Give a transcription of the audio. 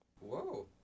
Whoa